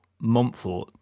Montfort